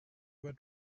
were